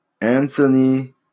Anthony